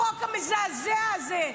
החוק המזעזע הזה,